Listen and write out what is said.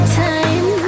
time